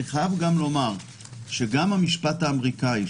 אני חייב לומר שגם המשפט האמריקאי,